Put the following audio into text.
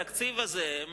בתקציב הזה,